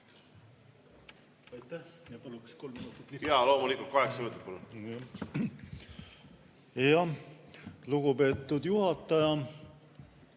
Lugupeetud juhataja!